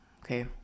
Okay